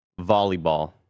volleyball